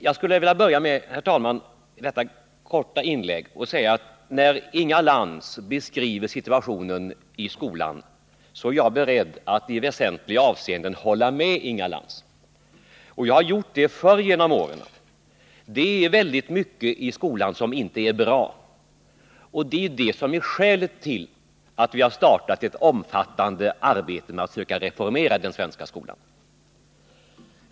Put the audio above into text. Jag skulle vilja börja detta korta inlägg med att säga att när Inga Lantz beskriver situationen i skolan är jag beredd att i väsentliga avseenden hålla med henne. Jag har gjort det förr genom åren. Det är väldigt mycket i skolan som inte är bra, och det är skälet till att vi har startat ett omfattande arbete med att försöka reformera den svenska skolan.